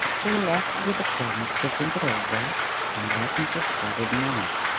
they left with the promise to think it over and let mrs. goddard know.